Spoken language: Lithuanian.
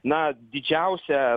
na didžiausia